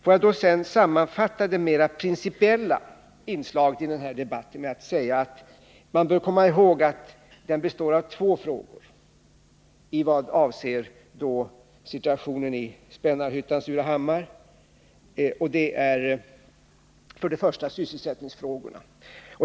Får jag sedan sammanfatta det mera principiella inslaget i den här debatten med att säga att man bör komma ihåg att det är två frågor som avser situationen i Spännarhyttan och Surahammar. För det första gäller det sysselsättningsfrågorna.